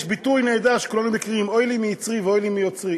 יש ביטוי נהדר שכולנו מכירים: "אוי לי מיצרי ואוי לי מיוצרי".